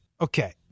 okay